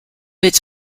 its